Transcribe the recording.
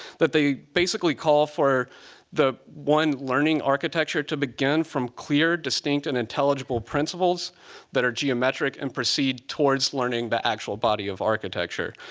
they basically call for the one learning architecture to begin from clear, distinct, and intelligible principles that are geometric, and proceed towards learning the actual body of architecture.